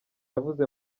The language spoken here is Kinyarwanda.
yavuze